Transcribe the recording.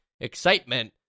excitement